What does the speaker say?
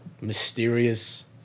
mysterious